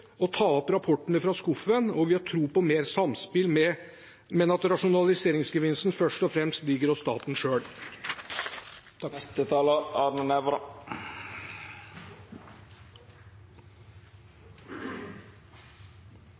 å ta rapportene opp fra skuffen. Vi har tro på mer samspill, men at rasjonaliseringsgevinsten først og fremst ligger hos staten